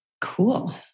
cool